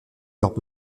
leurs